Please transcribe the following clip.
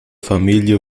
familie